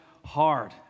hard